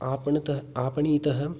आपणतः आपणीतः